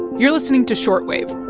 you're listening to short wave